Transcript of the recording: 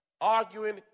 Arguing